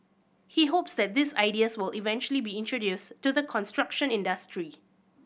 he hopes that these ideas will eventually be introduced to the construction industry